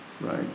right